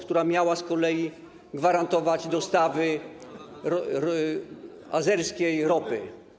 która miała z kolei gwarantować dostawy azerskiej ropy?